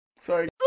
Sorry